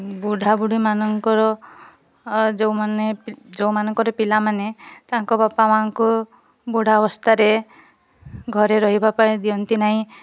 ବୁଢ଼ାବୁଢ଼ୀ ମାନଙ୍କର ଯେଉଁମାନେ ଯେଉଁ ମାନଙ୍କର ପିଲାମାନେ ତାଙ୍କ ବାପାମାଆଙ୍କୁ ବୁଢ଼ା ଅବସ୍ଥାରେ ଘରେ ରହିବା ପାଇଁ ଦିଅନ୍ତି ନାହିଁ